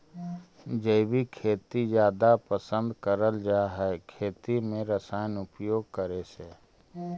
जैविक खेती जादा पसंद करल जा हे खेती में रसायन उपयोग करे से